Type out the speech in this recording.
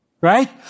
right